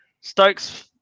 Stokes